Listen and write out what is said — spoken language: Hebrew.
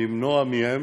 למנוע מהם